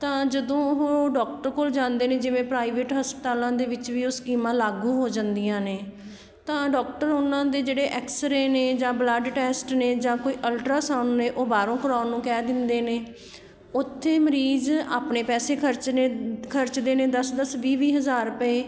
ਤਾਂ ਜਦੋਂ ਉਹ ਡੋਕਟਰ ਕੋਲ ਜਾਂਦੇ ਨੇ ਜਿਵੇਂ ਪ੍ਰਾਈਵੇਟ ਹਸਪਤਾਲਾਂ ਦੇ ਵਿੱਚ ਵੀ ਉਹ ਸਕੀਮਾਂ ਲਾਗੂ ਹੋ ਜਾਂਦੀਆਂ ਨੇ ਤਾਂ ਡੋਕਟਰ ਓਹਨਾਂ ਦੇ ਜਿਹੜੇ ਐਕਸਰੇ ਨੇ ਜਾਂ ਬਲੱਡ ਟੈਸਟ ਨੇ ਜਾਂ ਕੋਈ ਅਲਟ੍ਰਾਸਾਊਂਡ ਨੇ ਉਹ ਬਾਹਰੋਂ ਕਰਵਾਉਣ ਨੂੰ ਕਹਿ ਦਿੰਦੇ ਨੇ ਉੱਥੇ ਮਰੀਜ਼ ਆਪਣੇ ਪੈਸੇ ਖਰਚਣੇ ਖਰਚਦੇ ਨੇ ਦਸ ਦਸ ਵੀਹ ਵੀਹ ਹਜ਼ਾਰ ਰੁਪਏ